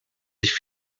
sich